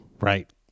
Right